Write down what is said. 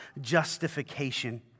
justification